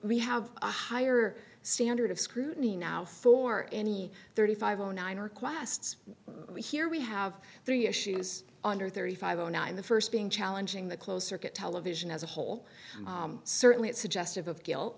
we have a higher standard of scrutiny now for any thirty five zero nine are classed here we have three issues under thirty five zero nine the first being challenging the close circuit television as a whole certainly it suggestive of guilt